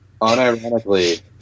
unironically